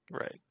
Right